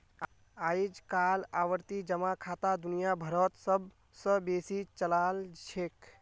अइजकाल आवर्ती जमा खाता दुनिया भरोत सब स बेसी चलाल छेक